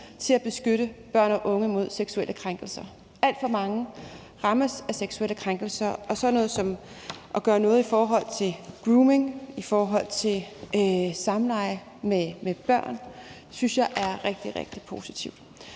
til at beskytte børn og unge mod seksuelle krænkelser. Alt for mange rammes af seksuelle krænkelser, og det at gøre noget i forhold til grooming og samleje med børn synes jeg er rigtig, rigtig positivt.